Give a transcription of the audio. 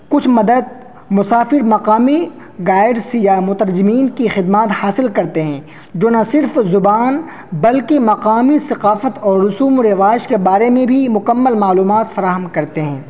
کچھ مدد مسافر مقامی گائڈس یا مترجمین کی خدمات حاصل کرتے ہیں جو نہ صرف زبان بلکہ مقامی ثقافت اور رسوم و رواج کے بارے میں بھی مکمل معلومات فراہم کرتے ہیں